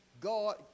God